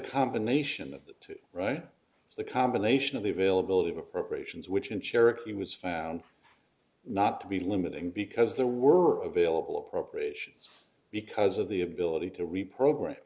combination of the two right the combination of the availability of appropriations which in cherokee was found not to be limiting because there weren't billable appropriations because of the ability to reprogram